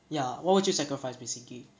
ya what would you sacrifice basically